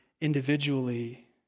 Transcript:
individually